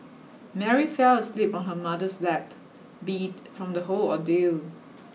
Mary fell asleep on her mother's lap beat from the whole ordeal